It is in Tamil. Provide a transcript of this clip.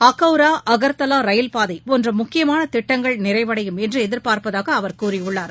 அக்கவுரா அகர்த்தலா ரயில்பாதை போன்ற முக்கியமான திட்டங்கள் நிறைவடையும் என்று எதிர்பார்ப்பதாக அவர் கூறியுள்ளார்